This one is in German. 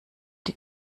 die